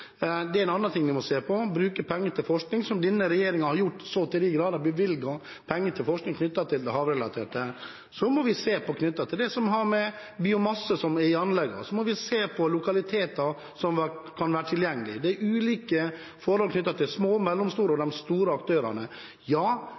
Det er en annen ting vi må se på. Vi må bruke penger til forskning, som denne regjeringen har gjort så til de grader: bevilget penger til havrelatert forskning. Så må vi se på det som har å gjøre med biomasse i anleggene, vi må se på lokaliteter som kan være tilgjengelige. Det er ulike forhold knyttet til de små, mellomstore og